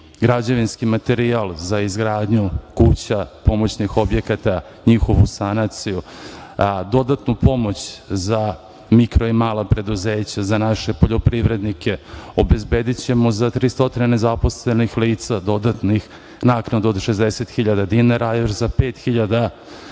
građevinski materijal za izgradnju kuća, pomoćnih objekata, njihovu sanaciju, dodatnu pomoć za mikro i mala preduzeća, za naše poljoprivrednike. Obezbedićemo za 300 nezaposlenih lica dodatnu naknadu od 60.000 dinara, za pet